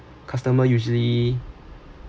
customer usually